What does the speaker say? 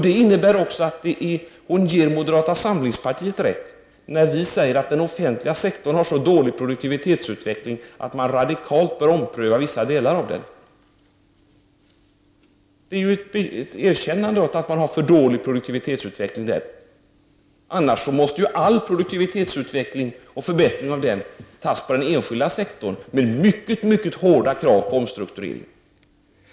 Det innebär också att hon ger moderata samlingspartiet rätt i vårt påstående att den offentliga sektorn har en så dålig produktivitetsutveckling att vissa delar av den radikalt bör omprövas. I annat fall skulle all förbättring av produktivitetsutvecklingen ske inom den enskilda sektorn med mycket hårda krav på omstrukturering.